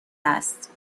است